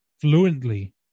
fluently